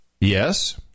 Yes